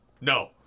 No